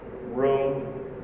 room